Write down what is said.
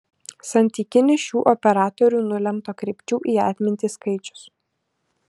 santykinis šių operatorių nulemto kreipčių į atmintį skaičius